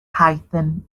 python